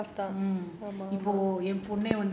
it's very tough for them mm